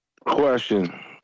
question